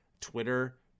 Twitter